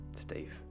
Steve